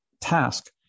task